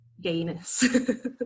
gayness